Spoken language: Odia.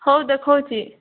ହେଉ ଦେଖାଉଛି